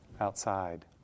outside